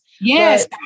Yes